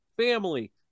family